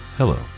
Hello